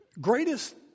greatest